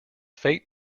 fate